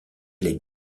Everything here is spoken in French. les